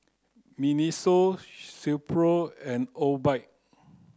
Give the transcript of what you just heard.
Miniso Silkpro and Obike